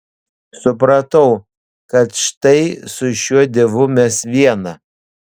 supratau kad štai su šiuo dievu mes viena